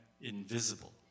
invisible